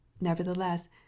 Nevertheless